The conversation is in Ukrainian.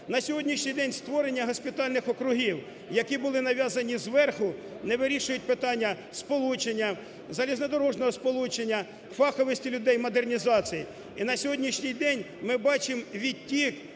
На сьогоднішній день створення госпітальних округів, які були нав'язані зверху не вирішують питання сполучення, залізнодорожнього сполучення, фаховості людей, модернізації. І на сьогоднішній день ми бачимо відтік